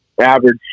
average